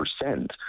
percent